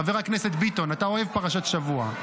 חבר הכנסת ביטון, אתה אוהב פרשת שבוע.